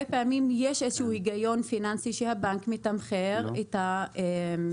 פעמים יש איזשהו היגיון פיננסי בכך שהבנק מתמחר את הלקוחות